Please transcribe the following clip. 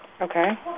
Okay